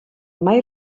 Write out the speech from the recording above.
mai